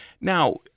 Now